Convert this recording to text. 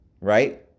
Right